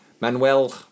Manuel